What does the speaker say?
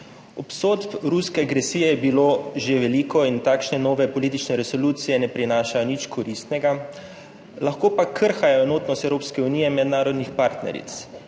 Obsodb ruske agresije je bilo že veliko in takšne nove politične resolucije ne prinašajo nič koristnega, lahko pa krhajo enotnost Evropske unije, mednarodnih partneric.